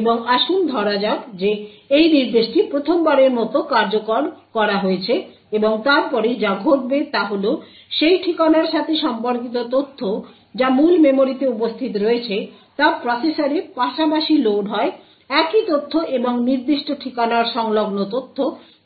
এবং আসুন ধরা যাক যে এই নির্দেশটি প্রথমবারের মতো কার্যকর করা হয়েছে এবং তারপরে যা ঘটবে তা হল সেই ঠিকানার সাথে সম্পর্কিত তথ্য যা মূল মেমরিতে উপস্থিত রয়েছে তা প্রসেসরে পাশাপাশি লোড হয় একই তথ্য এবং এই নির্দিষ্ট ঠিকানার সংলগ্ন তথ্য